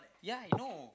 ya I know